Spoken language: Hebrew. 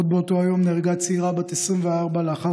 עוד באותו היום נהרגה צעירה בת 24 לאחר